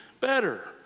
better